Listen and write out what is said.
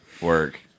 work